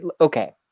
okay